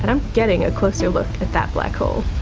and i'm getting a closer look at that black hole.